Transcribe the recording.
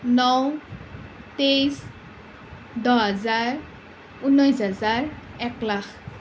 ন তেইছ দহ হাজাৰ ঊনৈছ হাজাৰ একলাখ